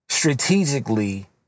strategically